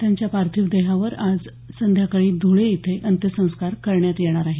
त्यांच्या पार्थिव देहावर आज संध्याकाळी ध्रळे इथे अंत्यसंस्कार करण्यात येणार आहेत